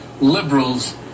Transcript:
liberals